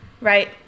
right